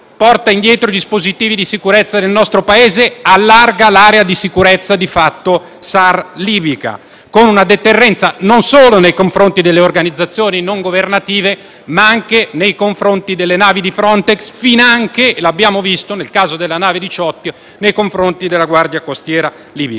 porta indietro i dispositivi di sicurezza del nostro Paese; si allarga l'area *search and rescue* (SAR) libica con una deterrenza non solo nei confronti delle organizzazioni non governative, ma anche nei confronti delle navi di Frontex, finanche (come abbiamo visto nel caso della nave Diciotti) nei confronti della Guardia costiera libica.